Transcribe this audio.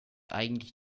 eigentlich